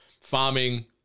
Farming